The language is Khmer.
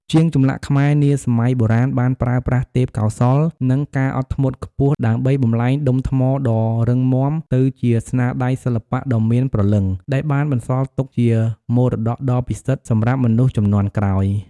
ជាងចម្លាក់ខ្មែរនាសម័យបុរាណបានប្រើប្រាស់ទេពកោសល្យ និងការអត់ធ្មត់ខ្ពស់ ដើម្បីបំប្លែងដុំថ្មដ៏រឹងមាំទៅជាស្នាដៃសិល្បៈដ៏មានព្រលឹង ដែលបានបន្សល់ទុកជាមរតកដ៏ពិសិដ្ឋសម្រាប់មនុស្សជំនាន់ក្រោយ។